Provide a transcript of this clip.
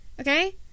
okay